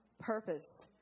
purpose